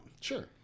Sure